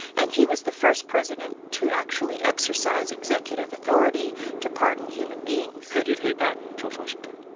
and he was the first president to actually exercise executive authority to pardon human beings. who did he pardon, george washington?